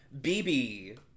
BB